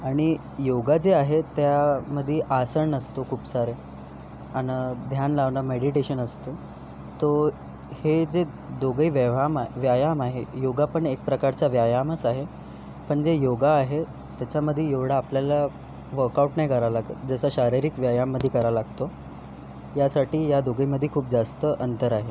आणि योगा जे आहे त्यामध्ये आसन असतो खूप सारे आणि ध्यान लावणं मेडीटेशन असतो तो हे जे दोघेही व्यायाम व्यायाम आहे योगा पण एक प्रकारचा व्यायामच आहे पण जे योगा आहे त्याच्यामध्ये एवढं आपल्याला वर्कआउट नाही करावं लागत जसं शारिरीक व्यायाममध्ये करावं लागतो यासाठी या दोघींमध्ये खूप जास्त अंतर आहे